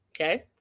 Okay